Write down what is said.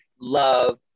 love